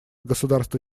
государства